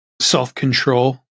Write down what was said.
self-control